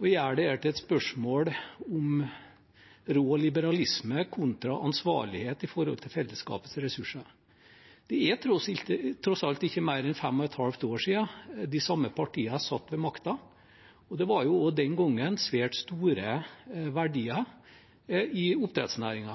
og gjør dette til et spørsmål om rå liberalisme kontra ansvarlighet med hensyn til fellesskapets ressurser. Det er tross alt ikke mer enn fem og et halvt år siden de samme partiene satt ved makten, og det var også den gangen svært store verdier i